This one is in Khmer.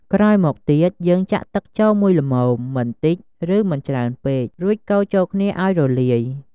ក្រោយមកទៀត យើងចាក់ទឹកចូលមួយល្មម មិនតិច ឬមិនច្រើនពេក រួចកូរចូលគ្នាឱ្យរលាយ។